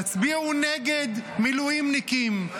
תצביעו נגד מילואימניקים,